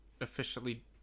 officially